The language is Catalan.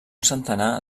centenar